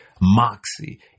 moxie